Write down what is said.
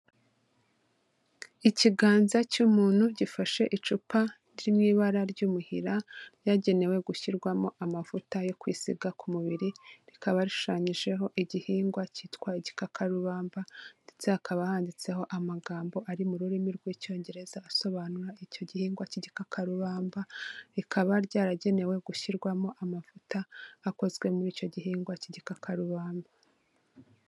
Ikiganza cy'umuntu gifashe icupa riri mu ibara ry'umuhira ryagenewe gushyirwamo amavuta yo kwisiga ku mubiri, rikaba rishushanyijeho igihingwa cyitwa igikakarubamba ndetse hakaba handitseho amagambo ari mu rurimi rw'icyongereza asobanura icyo gihingwa cy'igikakarubamba, rikaba ryaragenewe gushyirwamo amavuta akozwe muri icyo gihingwa cy'igikakarubamba.